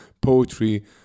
poetry